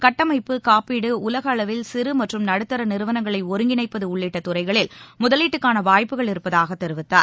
கட்டமைப்பு காப்பீடு உலக அளவில் சிறு மற்றும் நடுத்தர நிறுவனங்களை ஒருங்கிணைப்பது உள்ளிட்ட துறைகளில் முதலீட்டுக்கான வாய்ப்புகள் இருப்பதாக தெரிவித்தார்